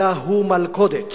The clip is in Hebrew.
אלא הוא מלכודת.